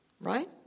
Right